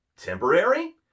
Temporary